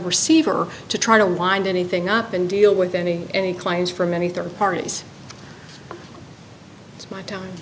receiver to try to wind anything up and deal with any any claims from any third parties as my time